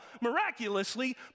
miraculously